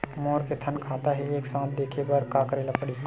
मोर के थन खाता हे एक साथ देखे बार का करेला पढ़ही?